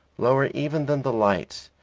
lower even than the lights,